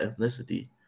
ethnicity